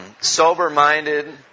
Sober-minded